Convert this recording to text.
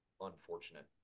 unfortunate